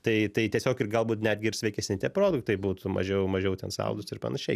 tai tai tiesiog ir galbūt netgi ir sveikesni tie produktai būtų mažiau mažiau ten saldūs ir panašiai